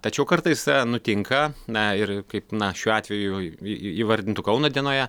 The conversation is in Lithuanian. tačiau kartais nutinka na ir kaip na šiuo atveju į įvardintu kauno dienoje